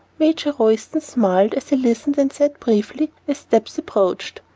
major royston smiled as he listened, and said briefly, as steps approached,